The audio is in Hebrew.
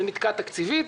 זה נתקע תקציבית,